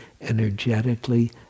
energetically